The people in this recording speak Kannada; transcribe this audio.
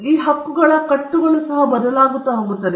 ಮತ್ತು ಹಕ್ಕುಗಳ ಈ ಕಟ್ಟುಗಳ ಸಹ ಬದಲಾಗುತ್ತದೆ